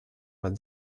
but